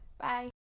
Bye